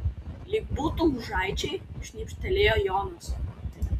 lyg būtų gužaičiai šnibžtelėjo jonas